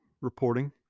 reporting